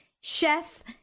chef